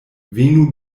venu